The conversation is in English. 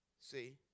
See